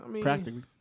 Practically